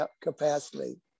capacity